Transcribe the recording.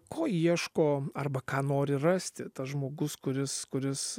ko ieško arba ką nori rasti tas žmogus kuris kuris